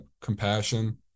compassion